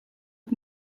het